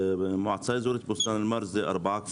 במועצה האזורית בוסתן אל-מרג' יש ארבעה כפרים: